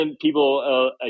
people